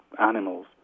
animals